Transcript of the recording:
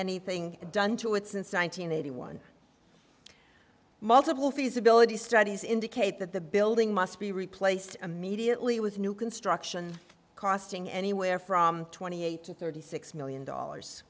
anything done to it since one nine hundred eighty one multiple feasibility studies indicate that the building must be replaced immediately with new construction costing anywhere from twenty eight to thirty six million dollars